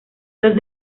los